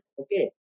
okay